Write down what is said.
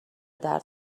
درد